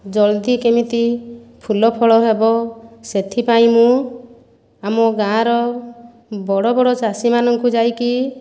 ଜଲ୍ଦି କେମିତି ଫୁଲ ଫଳ ହେବ ସେଥିପାଇଁ ମୁଁ ଆମ ଗାଁର ବଡ଼ ବଡ଼ ଚାଷୀମାନଙ୍କୁ ଯାଇକି